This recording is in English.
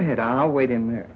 ahead i'll wait in there